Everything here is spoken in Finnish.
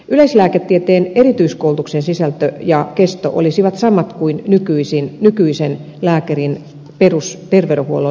yleislääketieteen erityiskoulutuksen sisältö ja kesto olisivat samat kuin nykyisen lääkärin perusterveydenhuollon lisäkoulutuksen